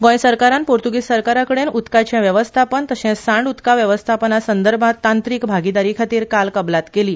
गोंय सरकारन पोर्तुगीज सरकाराकडेन उदकाचे वेवस्थापन तशेंच सांद उदका वेवस्थापना संदर्भात तांत्रिक भागीदारीखातीर आयज कबलात केली